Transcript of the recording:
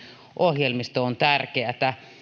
ohjelmisto on tärkeätä